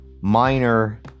minor